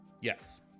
Yes